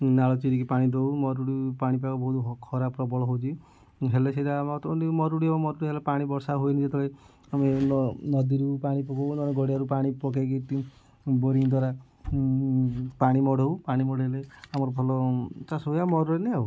ନାଳ ଚିରିକି ପାଣି ଦେଉ ମରୁଡ଼ି ପାଣିପାଗ ବହୁତ ଖରା ପ୍ରବଳ ହେଉଛି ହେଲେ ସେଇ ଜାଗା ଅଟୋମେଟିକ୍ ମରୁଡ଼ି ହେବ ମରୁଡ଼ି ହେଲେ ପାଣି ବର୍ଷା ହୁଏନି ଯେତେବେଳେ ଆମେ ନଦୀରୁ ପାଣି ପକାଉ ନହେନେ ଗାଡ଼ିଆରୁ ପାଣି ପକେଇକି ବୋରିଙ୍ଗ ଦ୍ବାରା ପାଣି ମଡ଼ଉ ପାଣି ମଡ଼େଇଲେ ଆମର ଭଲ ଚାଷ ହୁଏ ଆଉ